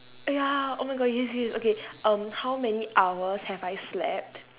!aiya! oh my god yes yes okay um how many hours have I slept